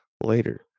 later